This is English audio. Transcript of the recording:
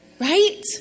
Right